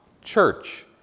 church